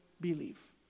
believe